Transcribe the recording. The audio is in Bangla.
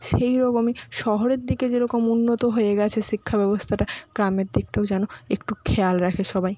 সেই রকমই শহরের দিকে যেরকম উন্নত হয়ে গেছে শিক্ষাব্যবস্থাটা গ্রামের দিকটাও যেন একটু খেয়াল রাখে সবাই